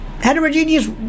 heterogeneous